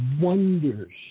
wonders